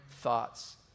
thoughts